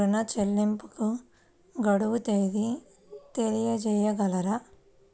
ఋణ చెల్లింపుకు గడువు తేదీ తెలియచేయగలరా?